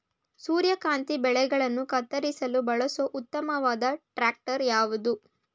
ಸೂರ್ಯಕಾಂತಿ ಬೆಳೆಗಳನ್ನು ಕತ್ತರಿಸಲು ಬಳಸುವ ಉತ್ತಮವಾದ ಟ್ರಾಕ್ಟರ್ ಯಾವುದು?